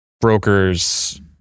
brokers